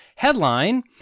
Headline